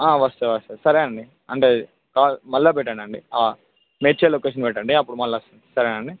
వస్తా వస్తాయి సరే అండి అంటే కాల్ మళ్ళా పెట్టానండి మేడ్చల్ లొకేషన్ పెట్టండి అప్పుడు మళ్ళా వస్తా సరేనండి